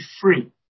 free